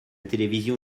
télévision